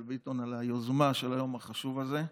ביטון על היוזמה של היום החשוב הזה,